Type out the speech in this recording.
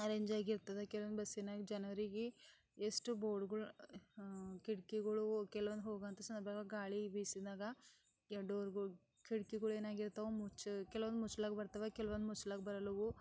arrange ಆಗಿರ್ತದ ಕೆಲವೊಂದು ಬಸ್ಸಿನಾಗ ಜನರಿಗೆ ಎಷ್ಟು ಬೋರ್ಡ್ಗಳು ಕಿಟಕಿಗಳು ಕೆಲವೊಂದು ಹೋಗುವಂಥ ಸಂದರ್ಭದಾಗ ಗಾಳಿ ಬೀಸಿದಾಗ ಡೋರ್ಗಳು ಕಿಟಕಿಗಳು ಏನಾಗಿರ್ತವ ಮುಚ್ಚು ಕೆಲವೊಂದು ಮುಚ್ಲಿಕ್ಕೆ ಬರ್ತವ ಕೆಲವೊಂದು ಮುಚ್ಲಿಕ್ಕೆ ಬರಲ್ವು